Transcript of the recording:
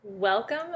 Welcome